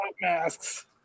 masks